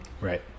Right